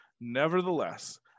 Nevertheless